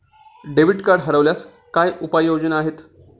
Debit card हरवल्यास काय उपाय योजना आहेत?